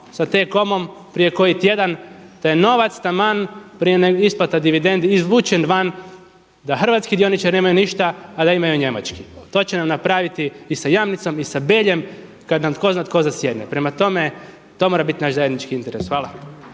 ta T-comom prije koji tjedan, da je novac taman prije isplata dividendi izvučen van da hrvatski dioničari nemaju ništa, a da imaju njemački. To će nam napraviti i sa Jamnicom i sa Beljem kada nam tko zna tko zasjedne. Prema tome to mora biti naš zajednički interes. Hvala.